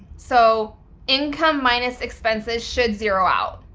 so income minus expenses should zero out.